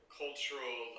cultural